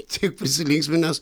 tiek prisilinksminęs